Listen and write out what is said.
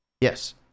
Yes